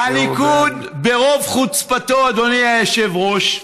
הליכוד, ברוב חוצפתו, אדוני היושב-ראש,